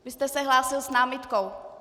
Vy jste se hlásil s námitkou.